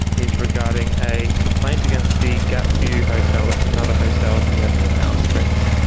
is regarding a complaint against the gap view hotel, that's another hotel here in alice springs.